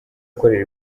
gukorera